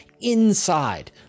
inside